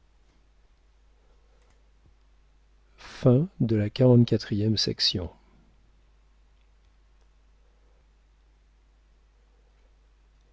de la cise